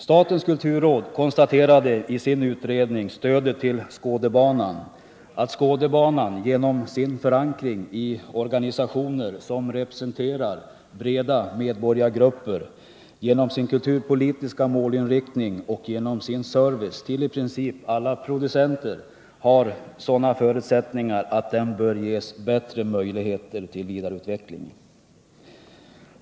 Statens kulturråd konstaterade i sin utredning Stödet till Skådebanan att Skådebanan, genom sin förankring i organisationer som representerar breda medborgargrupper, genom sin kulturpolitiska målinriktning och genom sin service till i princip alla producenter, har sådana förutsättningar att den bör ges bättre möjligheter till vidare utveckling.